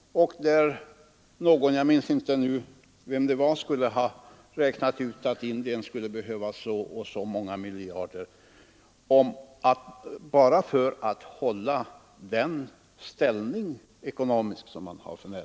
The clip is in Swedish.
Han sade att indiska regeringen i samarbete med Världsbanken hade räknat ut att landet under detta år skulle behöva bistånd på 52 miljarder kronor för att behålla oförändrad standard.